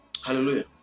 hallelujah